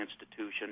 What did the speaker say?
institution